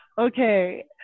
Okay